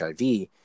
HIV